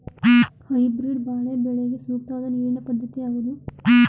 Hybrid ಬಾಳೆ ಬೆಳೆಗೆ ಸೂಕ್ತವಾದ ನೀರಿನ ಪದ್ಧತಿ ಯಾವುದು?